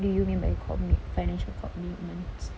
do you mean by commit~ financial commitments